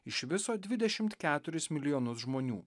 iš viso dvidešimt keturis milijonus žmonių